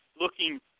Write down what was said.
looking